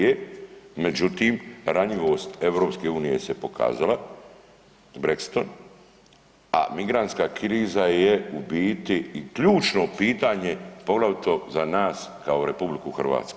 Međutim, ranjivost EU se pokazala Brexitom, a migrantska kriza je u biti i ključno pitanje, poglavito za nas kao RH.